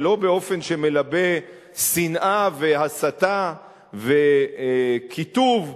ולא באופן שמלבה שנאה והסתה וקיטוב,